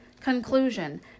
Conclusion